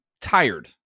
tired